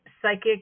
Psychic